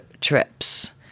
trips